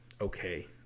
okay